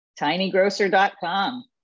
tinygrocer.com